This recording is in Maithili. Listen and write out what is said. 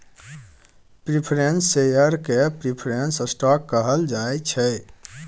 प्रिफरेंस शेयर केँ प्रिफरेंस स्टॉक कहल जाइ छै